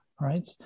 right